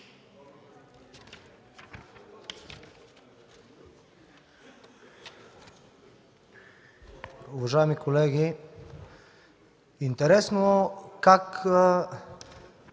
Уважаеми колеги, интересно как